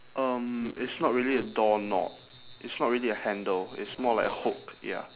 um it's not really a door knob it's not really a handle it's more like a hook ya